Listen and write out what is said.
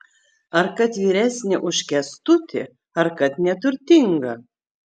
ar kad vyresnė už kęstutį ar kad neturtinga